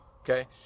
okay